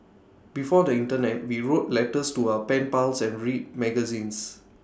before the Internet we wrote letters to our pen pals and read magazines